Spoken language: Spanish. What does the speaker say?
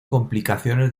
complicaciones